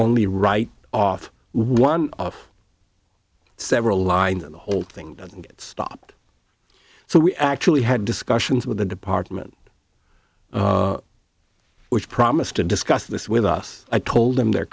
only write off one of several lines and the whole thing doesn't get stopped so we actually had discussions with the department which promised to discuss this with us i told them their